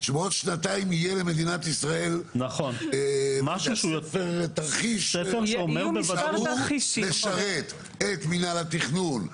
שבעוד שנתיים יהיה למדינת ישראל ספר תרחיש שאמור לשרת את מנהל התכנון,